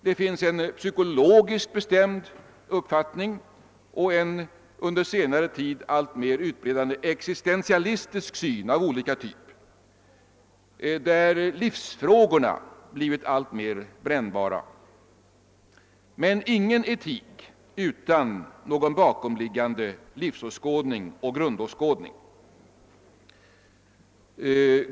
Det finns också en psykologiskt bestämd uppfattning och en under senare tid alltmer utbildad existentialistisk syn av olika typ, där livsfrågorna blivit mer och mer brännbara. Men ingen etik utan någon bakomliggande livsåskådning och grundåskådning!